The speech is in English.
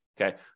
okay